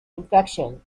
infection